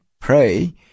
pray